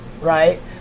right